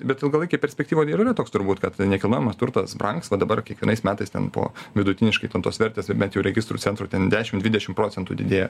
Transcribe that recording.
bet ilgalaikėj perspektyvoj ir yra toks turbūt kad nekilnojamas turtas brangsta dabar kiekvienais metais ten po vidutiniškai ten tos vertės ir bet jau registrų centro ten dešim dvidešim procentų didėja